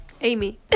Amy